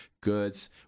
goods